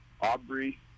Aubrey